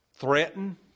threaten